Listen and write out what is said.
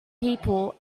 people